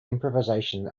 improvisation